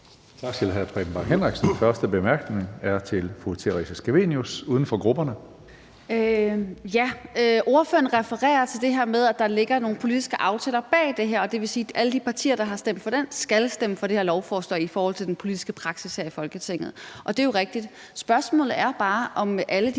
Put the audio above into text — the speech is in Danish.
Tak til hr. Preben Bang Henriksen. Første korte bemærkning er til fru Theresa Scavenius, uden for grupperne. Kl. 17:41 Theresa Scavenius (UFG): Ordføreren refererer til det her med, at der ligger nogle politiske aftaler bag det her, og det vil sige, at alle de partier, der har stemt for dem, skal stemme for det her lovforslag i forhold til den politiske praksis her i Folketinget, og det er jo rigtigt. Spørgsmålet er bare, om alle de